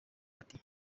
ati